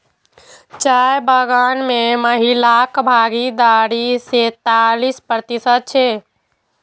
चाय बगान मे महिलाक भागीदारी सैंतालिस प्रतिशत छै